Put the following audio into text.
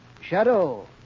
Shadow